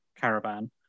caravan